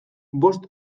bost